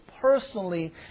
personally